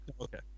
Okay